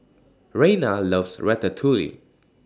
Rayna loves Ratatouille